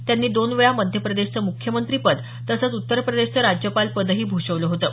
त्यांनी दोन वेळा मध्य प्रदेशचं मुख्यमंत्रिपद तसंच उत्तर प्रदेशचं राज्यपाल पदही भूषवलं होतं